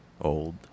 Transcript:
old